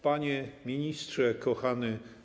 Panie Ministrze Kochany!